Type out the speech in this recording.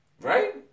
Right